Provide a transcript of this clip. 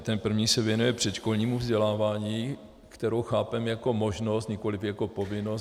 Ten první se věnuje předškolnímu vzdělávání, které chápeme jako možnost, nikoliv jako povinnost.